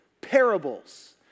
parables